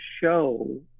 show